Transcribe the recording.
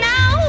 Now